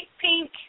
pink